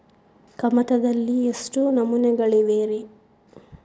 ಕಮತದಲ್ಲಿ ಎಷ್ಟು ನಮೂನೆಗಳಿವೆ ರಿ?